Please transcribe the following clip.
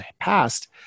past